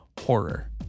horror